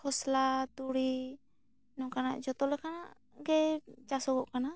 ᱠᱷᱚᱥᱞᱟ ᱛᱩᱲᱤ ᱱᱚᱝᱠᱟᱱᱟᱜ ᱡᱚᱛᱚ ᱞᱮᱠᱟᱱᱟᱜ ᱜᱮ ᱪᱟᱥᱚᱜᱚᱜ ᱠᱟᱱᱟ